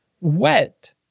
wet